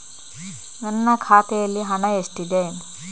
ನನ್ನ ಖಾತೆಯಲ್ಲಿ ಹಣ ಎಷ್ಟಿದೆ?